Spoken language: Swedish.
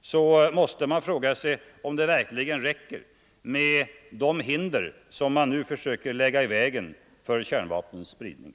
så måste man fråga sig om det — Nr 127 verkligen räcker med de hinder som man försöker lägga i vägen för kärn Fredagen den vapnens spridning.